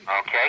okay